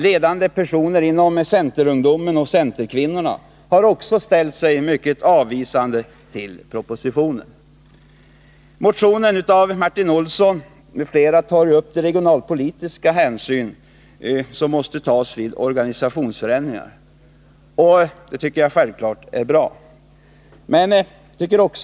Ledande personer bland centerungdomen och centerkvinnorna har också ställt sig avvisande till propositionen. Motionen av Martin Olsson m.fl. tar upp de regionalpolitiska hänsyn som måste tas vid organisationsförändringar, och det tycker jag självfallet är bra.